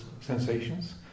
sensations